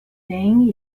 thing